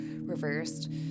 reversed